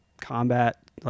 combat